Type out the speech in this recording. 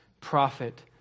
prophet